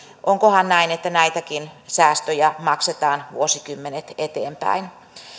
onkohan näin että näitäkin säästöjä maksetaan vuosikymmenet eteenpäin